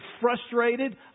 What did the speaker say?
frustrated